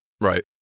Right